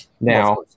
Now